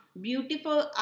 Beautiful